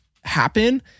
happen